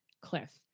Cliff